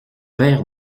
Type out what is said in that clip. paire